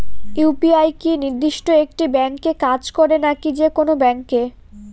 UPI কি নির্দিষ্ট একটি ব্যাংকে কাজ করে নাকি যে কোনো ব্যাংকে?